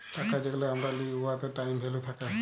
টাকা যেগলা আমরা লিই উয়াতে টাইম ভ্যালু থ্যাকে